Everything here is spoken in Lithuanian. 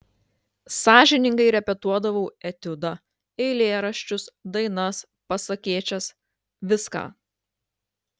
sąžiningai repetuodavau etiudą eilėraščius dainas pasakėčias viską